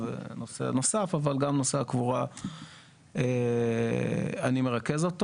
נושא נוסף אבל גם את נושא הקבורה אני מרכז.